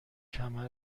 کمر